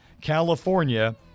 California